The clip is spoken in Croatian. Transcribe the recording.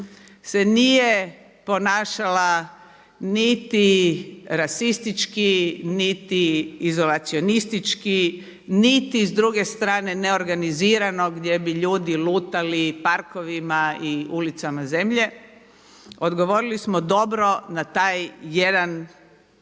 se nije ponašala niti rasistički, niti izolacionistički, niti s druge strane neorganizirano gdje bi ljudi lutali parkovima i ulicama zemlje. Odgovorili smo dobro na taj jedan